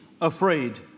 afraid